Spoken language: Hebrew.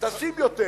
תשים יותר.